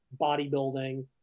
bodybuilding